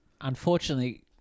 unfortunately